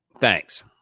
Thanks